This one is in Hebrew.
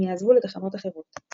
הם יעזבו לתחנות אחרות.